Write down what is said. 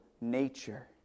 nature